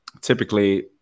typically